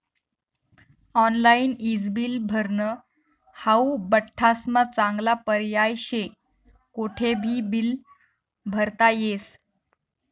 online ईज bill भरनं हाऊ बठ्ठास्मा चांगला पर्याय शे, कोठेबी बील भरता येस